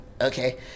okay